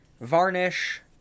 varnish